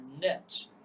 nets